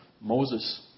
Moses